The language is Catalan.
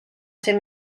ser